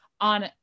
on